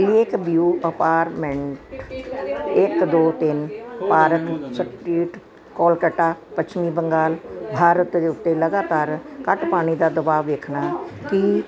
lake View Apartment ਇੱਕ ਦੋ ਤਿੰਨ ਪਾਰਕ ਸਟ੍ਰੀਟ ਕੋਲਕਾਤਾ ਪੱਛਮੀ ਬੰਗਾਲ ਭਾਰਤ ਉੱਤੇ ਲਗਾਤਾਰ ਘੱਟ ਪਾਣੀ ਦਾ ਦਬਾਅ ਵੇਖਣਾ ਕੀ